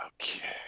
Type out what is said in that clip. Okay